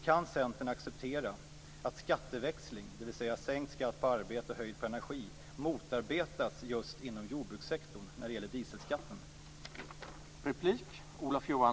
Kan Centern acceptera att skatteväxling, dvs. sänkt skatt på arbete och höjd skatt på energi, motarbetas just inom jordbrukssektorn när det gäller dieselskatten?